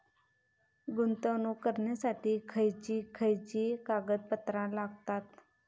गुंतवणूक करण्यासाठी खयची खयची कागदपत्रा लागतात?